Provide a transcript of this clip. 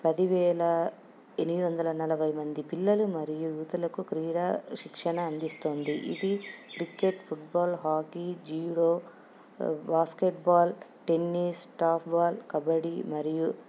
పదివేల ఎనిమిది వందల నలభై మంది పిల్లలు మరియు యువతలకు క్రీడా శిక్షణ అందిస్తుంది ఇది cricket football hockey judo basketball tennis టాఫ్బాల్ కబడీ మరియు